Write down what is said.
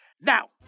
Now